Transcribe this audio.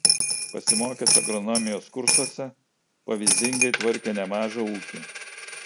pasimokęs agronomijos kursuose pavyzdingai tvarkė nemažą ūkį